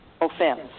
offense